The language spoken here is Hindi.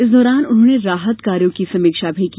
इस दौरान उन्होंने राहत कार्यो की समीक्षा भी की